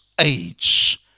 age